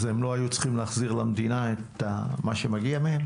אז הם לא היו צריכים להחזיר למדינה את מה שמגיע מהם?